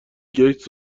گیتس